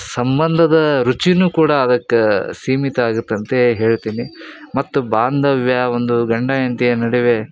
ಸಂಬಂಧದ ರುಚಿನೂ ಕೂಡ ಅದಕ್ಕೆ ಸೀಮಿತ ಆಗುತ್ತಂತೇ ಹೇಳ್ತೀನಿ ಮತ್ತು ಬಾಂಧವ್ಯ ಒಂದು ಗಂಡ ಹೆಂಡ್ತಿಯ ನಡುವೆ